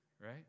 Right